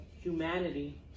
humanity